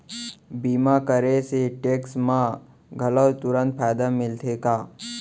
बीमा करे से टेक्स मा घलव तुरंत फायदा मिलथे का?